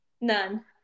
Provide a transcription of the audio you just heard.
None